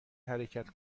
حرکت